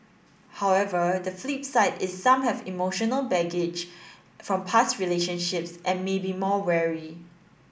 however the flip side is some have emotional baggage from past relationships and may be more wary